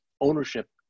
ownership